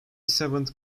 seventh